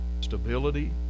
stability